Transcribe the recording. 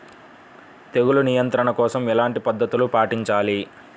తెగులు నియంత్రణ కోసం ఎలాంటి పద్ధతులు పాటించాలి?